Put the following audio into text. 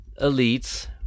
elites